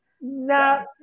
no